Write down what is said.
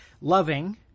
loving